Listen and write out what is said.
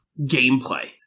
gameplay